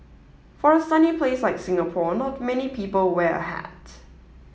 for a sunny place like Singapore not many people wear a hat